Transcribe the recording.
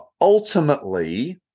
ultimately